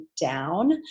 down